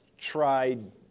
tried